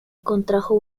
contrajo